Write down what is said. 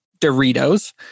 Doritos